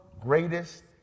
greatest